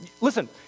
Listen